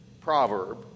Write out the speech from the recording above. proverb